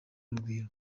urugwiro